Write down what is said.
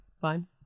fine